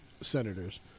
senators